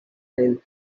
hill